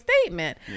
statement